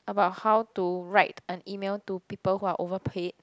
about how to write an email to people who are overpaid